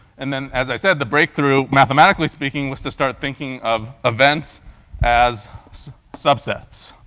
and then as i said, the breakthrough, mathematically-speaking, was to start thinking of events as subsets,